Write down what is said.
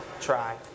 try